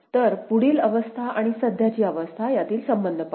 तर पुढील अवस्था आणि सध्याची अवस्था यातील संबंध पाहू